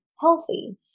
healthy